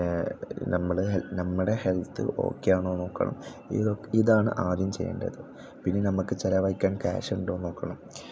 പിന്നെ നമ്മുടെ ഹെ നമ്മുടെ ഹെൽത്ത് ഓക്കേയാണോ എന്ന് നോക്കണം ഇതൊ ഇതാണ് ആദ്യം ചെയ്യേണ്ടത് പിന്നേ നമുക്ക് ചിലവാക്കാൻ ക്യാഷ് ഉണ്ടോയെന്ന് നോക്കണം